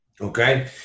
okay